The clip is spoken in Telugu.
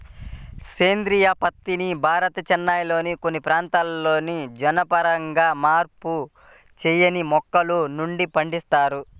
సేంద్రీయ పత్తిని భారత్, చైనాల్లోని కొన్ని ప్రాంతాలలో జన్యుపరంగా మార్పు చేయని మొక్కల నుండి పండిస్తారు